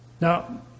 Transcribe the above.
Now